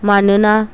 मानोना